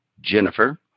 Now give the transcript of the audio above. Jennifer